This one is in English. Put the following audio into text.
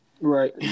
Right